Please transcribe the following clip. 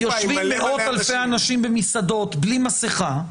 יושבים מאות אלפי אנשים במסעדות בלי מסכה.